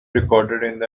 recorded